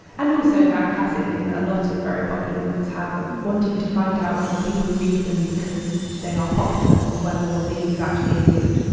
and also that classic thing a lot of very popular authors have of wanting to find out whether people read them because they are popular or whether what they do is actually any good.